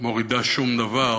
מורידה שום דבר,